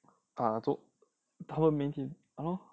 啊做他们媒体 hannor